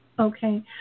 Okay